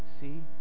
see